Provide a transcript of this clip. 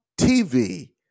TV